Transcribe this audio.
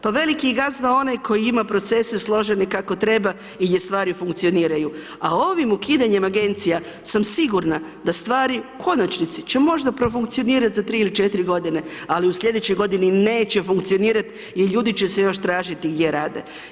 Pa veliki gazda je onaj koji ima procese složene kako treba gdje stvari funkcioniraju, a ovim ukidanjem Agencija sam sigurna da stvari u konačnici će možda profunkcionirati za 3-4 godine, ali u slijedećoj godini neće funkcionirati jer ljudi će se još tražiti gdje rade.